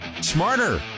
smarter